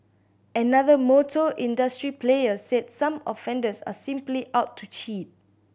another motor industry player said some offenders are simply out to cheat